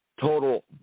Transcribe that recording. total